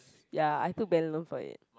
ya I took bank loan for it